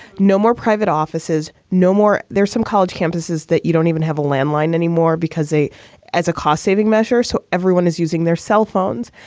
no more private offices, no more. there's some college campuses that you don't even have a landline anymore because a as a cost saving measure. so everyone is using their cell phones.